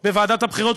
בוועדת הבחירות,